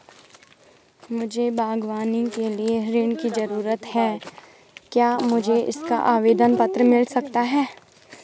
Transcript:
मुझे बागवानी के लिए ऋण की ज़रूरत है क्या मुझे इसका आवेदन पत्र मिल सकता है?